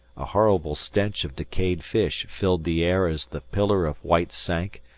a horrible stench of decayed fish filled the air as the pillar of white sank,